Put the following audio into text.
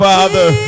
Father